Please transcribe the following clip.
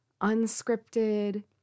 unscripted